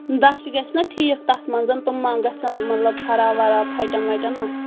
دَچھ گژھِ نہ ٹھیٖک تَتھ منٛز تِم ما گژھن مطلب خراب وراب پھَٹَن وَٹَن مہ